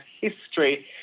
history